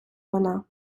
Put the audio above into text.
вона